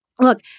Look